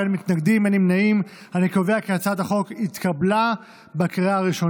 ההצעה להעביר את הצעת חוק העונשין (תיקון מס' 146)